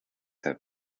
have